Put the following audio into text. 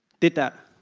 did that.